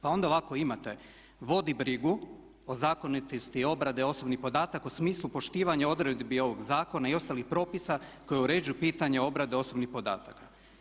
Pa onda ovako imate: vodi brigu o zakonitosti obrade osobnih podataka u smislu poštivanja odredbi ovog zakona i ostalih propisa koji uređuju pitanje obrade osobnih podataka.